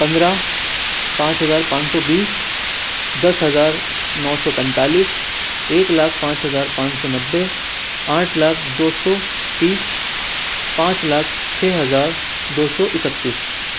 پندرہ پانچ ہزار پانچ سو بیس دس ہزار نو سو پینتالیس ایک لاکھ پانچ ہزار پانچ سو نوے آٹھ لاکھ دو سو تیس پانچ لاکھ چھ ہزار دو سو اکتیس